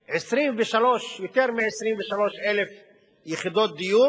יותר מ-23,000 יחידות דיור,